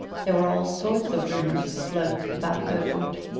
there were all sorts of rumours afloat about beaufort.